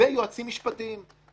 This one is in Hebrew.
ויועצים משפטיים.